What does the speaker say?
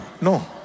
No